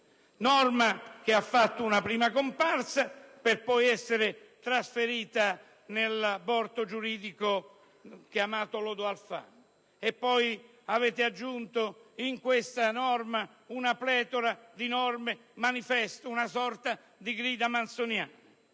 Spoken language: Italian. norma ha fatto una prima comparsa per poi essere trasferita nell'aborto giuridico chiamato lodo Alfano. Poi avete aggiunto in questo provvedimento una pletora di norme manifesto, una sorta di grida manzoniana.